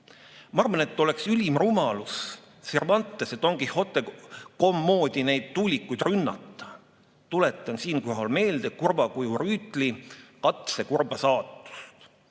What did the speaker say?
Ma arvan, et oleks ülim rumalus Cervantese don Quijote moodi neid tuulikuid rünnata. Tuletan siinkohal meelde kurva kuju rüütli katse kurba saatust: